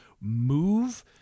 move